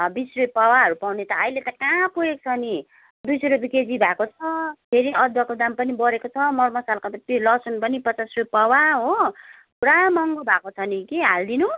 बिस रुपियाँ पावाहरू पाउने त अहिले त कहाँ पुगेको छ नि दुई सौ रुपियाँ केजी भएको छ फेरि अदुवाको दाम पनि बढेको छ मरमसलाको कति लसुन पनि पचास रुपियाँ पावा हो पुरा महँगो भएको छ नि के हालिदिनु